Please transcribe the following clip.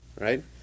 right